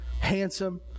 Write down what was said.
handsome